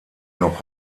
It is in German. noch